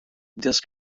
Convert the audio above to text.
disk